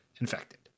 infected